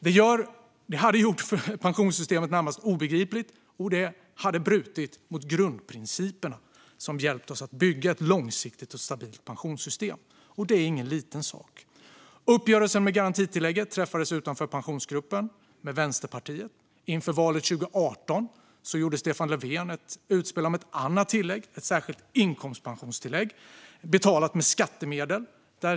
Det hade gjort pensionssystemet närmast obegripligt, och det hade brutit mot grundprinciperna som hjälpt oss att bygga ett långsiktigt och stabilt pensionssystem. Det är ingen liten sak. Uppgörelsen om garantitillägget träffades utanför Pensionsgruppen med Vänsterpartiet. Inför valet 2018 gjorde Stefan Löfven ett utspel om ett annat tillägg - ett särskilt inkomstpensionstillägg betalat med skattemedel.